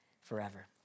forever